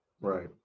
Right